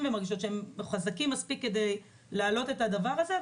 בשלים וחזקים מספיק כדי להעלות את הדבר הזה.